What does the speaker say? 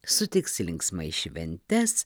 sutiks linksmai šventes